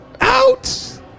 Out